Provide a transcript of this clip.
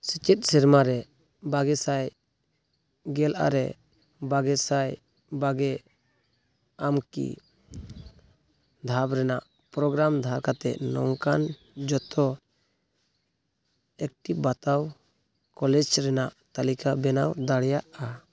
ᱥᱮᱪᱮᱫ ᱥᱮᱨᱢᱟᱨᱮ ᱵᱟᱜᱮᱥᱟᱭ ᱜᱮᱞ ᱟᱨᱮ ᱵᱟᱜᱮᱥᱟᱭ ᱵᱟᱜᱮ ᱟᱢᱠᱤ ᱫᱷᱟᱯ ᱨᱮᱱᱟᱜ ᱯᱨᱳᱜᱨᱟᱢ ᱫᱷᱟᱨ ᱠᱟᱛᱮᱫ ᱱᱚᱝᱠᱟᱱ ᱡᱚᱛᱚ ᱮᱠᱴᱤᱵᱽ ᱵᱟᱛᱟᱣ ᱠᱚᱞᱮᱡᱽ ᱨᱮᱱᱟᱜ ᱛᱟᱹᱞᱤᱠᱟ ᱵᱮᱱᱟᱣ ᱫᱟᱲᱮᱭᱟᱜᱼᱟ